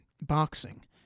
boxing